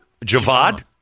Javad